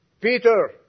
Peter